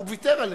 הוא ויתר עליה.